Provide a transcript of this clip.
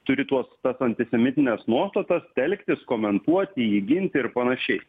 turi tuos antisemitines nuostatas telktis komentuoti jį ginti ir panašiai